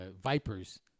Vipers